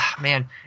man